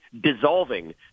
dissolving